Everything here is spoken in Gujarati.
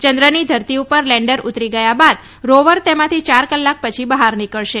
ચંદ્રની ધરતી ઉપર લેન્ડર ઉતરી ગયા બાદ રોવર તેમાંથી ચાર કલાક પછી બહાર નીકળશે